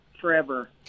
forever